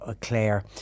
Claire